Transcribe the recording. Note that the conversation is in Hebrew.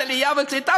זה דיור מוגן,